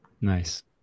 Nice